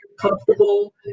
comfortable